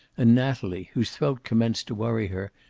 and natalie, whose throat commenced to worry her,